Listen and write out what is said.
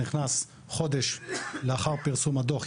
נכנס חודש לאחר פרסום הדוח,